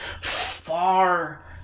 far